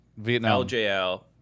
LJL